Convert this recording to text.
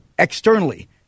externally